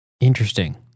Interesting